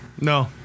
No